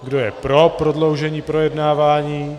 Kdo je pro prodloužení projednání?